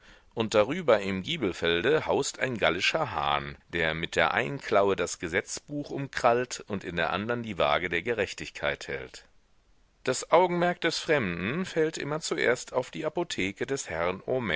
und darüber im giebelfelde haust ein gallischer hahn der mit der einen klaue das gesetzbuch umkrallt und in der andern die wage der gerechtigkeit hält das augenmerk des fremden fällt immer zuerst auf die apotheke des herrn